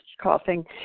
coughing